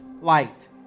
light